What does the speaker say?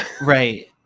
Right